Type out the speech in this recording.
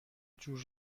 جور